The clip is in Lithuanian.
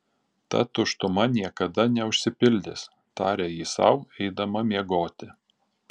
ta tuštuma niekada neužsipildys tarė ji sau eidama miegoti